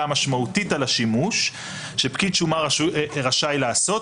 משמעותית על השימוש שפקיד שומה רשאי לעשות.